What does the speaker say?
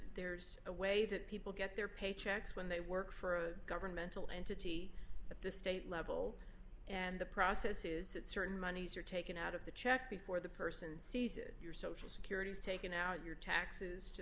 there's a way that people get their paychecks when they work for a governmental entity at the state level and the process is that certain monies are taken out of the check before the person sees it your social security is taken out your taxes to